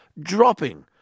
dropping